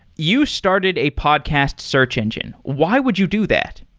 you started a podcast search engine. why would you do that?